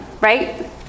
right